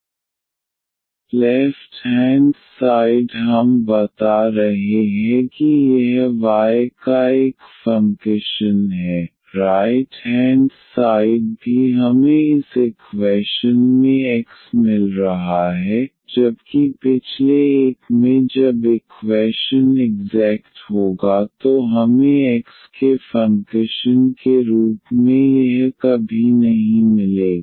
इसलिए f32x2yy2xc1 ∂f∂y32x22yxc1y x2xy c1y x22 xy⏟dependsonxy left hand side हम बता रहे हैं कि यह y का एक फंकशन है राइट हेंड साइड भी हमें इस इक्वैशन में x मिल रहा है जबकि पिछले एक में जब इक्वैशन इग्ज़ैक्ट होगा तो हमें x के फंकशन के रूप में यह कभी नहीं मिलेगा